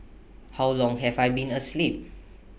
how long have I been asleep